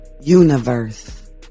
universe